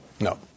No